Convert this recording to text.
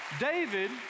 David